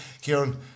Kieran